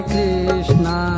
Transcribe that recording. Krishna